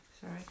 Sorry